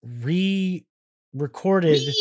re-recorded